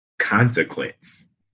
consequence